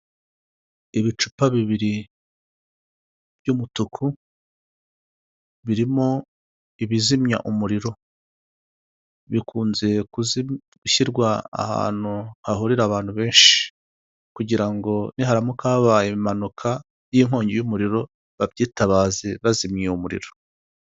Ibicupa bibiri by'umutuku, birimo ibizimya umuriro. Bikunze gushyirwa ahantu hahurira abantu benshi, kugirango niharamuka habaye impanuka y'inkongi y'umuriro, babyitabaze bari kuzimya uwo muriro.